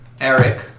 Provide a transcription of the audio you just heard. Eric